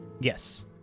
Yes